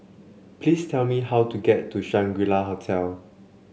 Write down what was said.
please tell me how to get to Shangri La Hotel